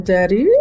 Daddy